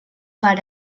per